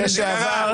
אני רוצה שאנשים יעקבו.